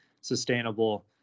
sustainable